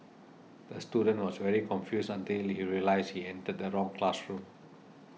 the student was very confused until he realised he entered the wrong classroom